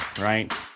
right